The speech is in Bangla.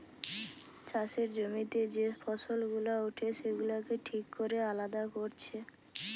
চাষের জমিতে যে ফসল গুলা উঠে সেগুলাকে ঠিক কোরে আলাদা কোরছে